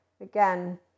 again